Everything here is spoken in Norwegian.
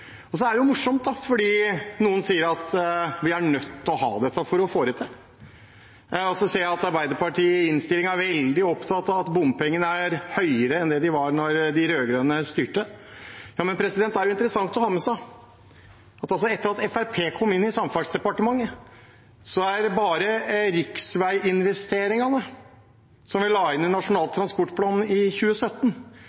Og så er det jo morsomt fordi noen sier at vi er nødt til å ha dette for å få det til. Og så ser jeg at Arbeiderpartiet i innstillingen er veldig opptatt av at bompengene er høyere enn de var da de rød-grønne styrte. Det er jo interessant å ha med seg. Etter at Fremskrittspartiet kom inn i Samferdselsdepartementet, så er bare riksveiinvesteringene – som vi la inn i Nasjonal